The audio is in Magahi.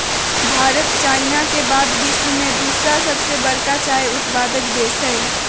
भारत चाइना के बाद विश्व में दूसरा सबसे बड़का चाय उत्पादक देश हई